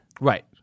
Right